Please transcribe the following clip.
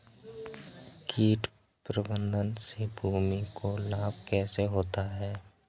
कीट प्रबंधन से भूमि को लाभ कैसे होता है?